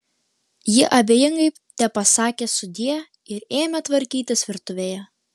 ji abejingai tepasakė sudie ir ėmė tvarkytis virtuvėje